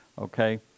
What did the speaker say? Okay